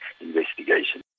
investigation